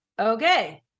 okay